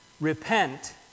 Repent